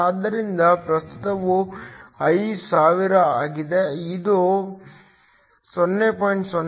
ಆದ್ದರಿಂದ ಪ್ರಸ್ತುತವು I1000 ಆಗಿದೆ ಇದು 0